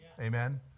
Amen